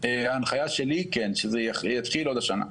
ההנחיה שלי כן, שזה יתחיל עוד השנה.